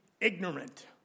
ignorant